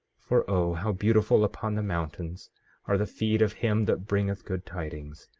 for o how beautiful upon the mountains are the feet of him that bringeth good tidings,